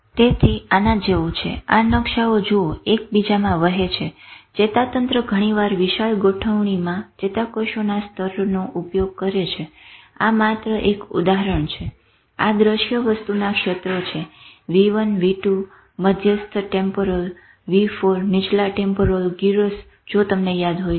તેથી આના જેવું છે આ નકશાઓ જુઓ એકબીજામાં વહે છે ચેતાતંત્ર ઘણીવાર વિશાલ ગોઠવણીમાં ચેતાકોશોના સ્તરનો ઉપયોગ કરે છે આ માત્ર એક ઉદાહરણ છે આ દ્રશ્ય વસ્તુના ક્ષેત્રો છે v1 v2 મધ્યસ્થ ટેમ્પોરલ v4 નીચલા ટેમ્પોરલ ગીરસ જો તમને યાદ હોય તો